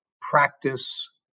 practice